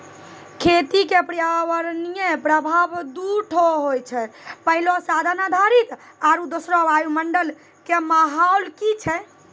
खेती क पर्यावरणीय प्रभाव दू ठो होय छै, पहलो साधन आधारित आरु दोसरो वायुमंडल कॅ माहौल की छै